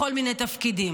בכל מיני תפקידים.